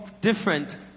different